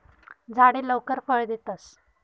झाडे लवकर फळ देतस